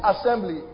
assembly